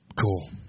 Cool